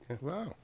Wow